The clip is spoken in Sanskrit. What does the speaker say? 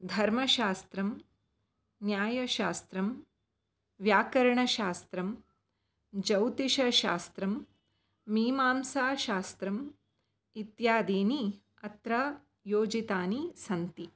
धर्मशास्त्रं न्यायशास्त्रं व्याकरणशास्त्रं जौतिषशास्त्रं मीमांसाशास्त्रम् इत्यादीनि अत्र योजितानि सन्ति